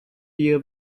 year